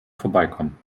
vorbeikommen